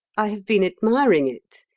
i have been admiring it.